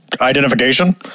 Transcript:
identification